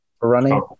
running